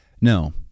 No